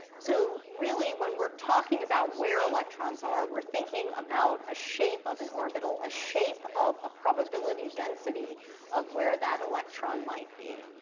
so really, when we're talking about where electrons electrons ah are, we're thinking about a shape of an orbital, a shape of a probability density of where that electron might be.